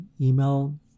email